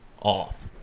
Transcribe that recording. off